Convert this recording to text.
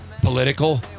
political